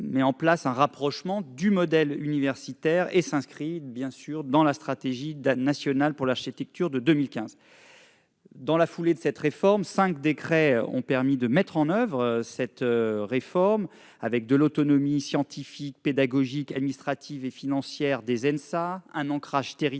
tend à les rapprocher du modèle universitaire et s'inscrit dans la stratégie nationale pour l'architecture de 2015. Dans la foulée, cinq décrets ont permis de mettre en oeuvre cette réforme : une autonomie scientifique, pédagogique, administrative et financière des ENSA ; un ancrage territorial